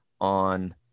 on